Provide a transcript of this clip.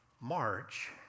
March